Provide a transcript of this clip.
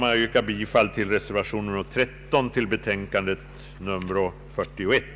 Jag kommer att yrka bifall till reservation 13 vid bevillningsutskottets betänkande nr 41.